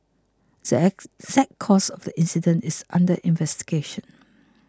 the ex the exact cause of the incident is under investigation